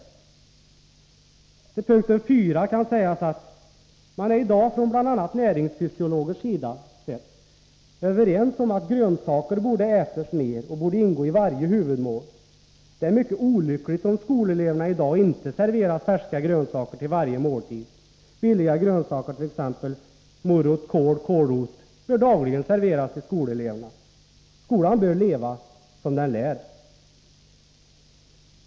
Beträffande punkt 4 vill jag säga att man i dag från bl.a. näringsfysiologiskt håll är överens om att vi borde äta mer grönsaker och att de borde ingå i varje huvudmål. Det är mycket olyckligt om skoleleverna i dag inte serveras färska grönsaker till varje måltid. Billiga grönsaker, såsom morot, kål och kålrot, bör serveras dagligen. Skolan bör leva som den lär.